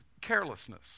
carelessness